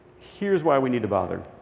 here's why we need to bother.